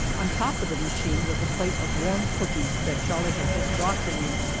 on top of the machine was a plate of warm cookies that charlie had just brought to me,